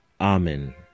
Amen